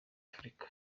africa